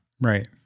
right